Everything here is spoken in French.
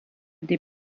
des